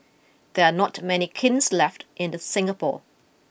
there are not many kilns left in the Singapore